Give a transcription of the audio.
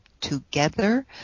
together